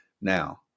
Now